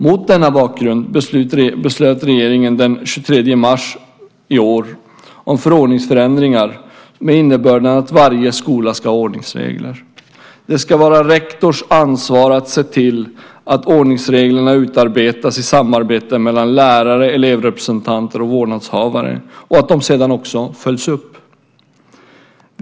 Mot denna bakgrund beslöt regeringen den 23 mars i år om förordningsändringar med innebörden att varje skola ska ha ordningsregler. Det ska vara rektorns ansvar att se till att ordningsreglerna utarbetas i samarbete mellan lärare, elevrepresentanter och vårdnadshavare och att de sedan följs upp.